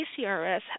ACRS